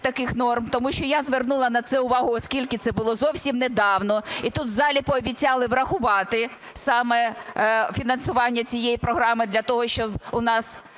таких норм, тому що я звернула на це увагу, оскільки це було зовсім недавно, і тут в залі пообіцяли врахувати саме фінансування цієї програми, для того щоб у нас